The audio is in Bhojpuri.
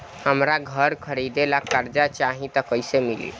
हमरा घर खरीदे ला कर्जा चाही त कैसे मिली?